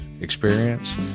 experience